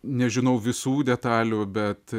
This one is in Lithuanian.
nežinau visų detalių bet